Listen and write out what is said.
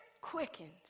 quickens